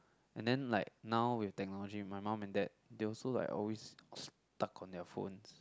and then like now with technology my mum and dad they also like always stuck on their phones